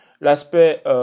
l'aspect